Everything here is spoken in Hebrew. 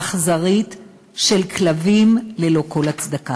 האכזרית של כלבים, ללא כל הצדקה.